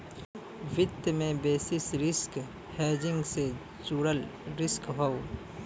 वित्त में basis risk hedging से जुड़ल रिस्क हौ